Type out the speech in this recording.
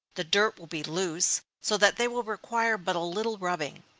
the dirt will be loose, so that they will require but a little rubbing.